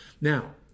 Now